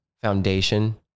foundation